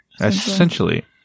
Essentially